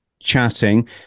chatting